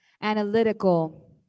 analytical